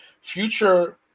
Future